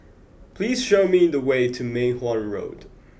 please show me the way to Mei Hwan Road